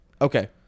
Okay